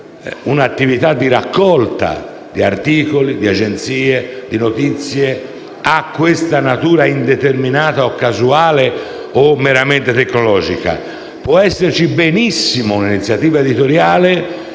è attività di raccolta di articoli, di agenzie e di notizie ha questa natura indeterminata, casuale o meramente tecnologica; può esservi benissimo una iniziativa editoriale